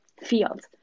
field